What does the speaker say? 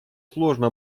сложно